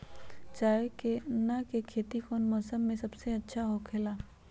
चाना के खेती कौन मौसम में सबसे अच्छा होखेला?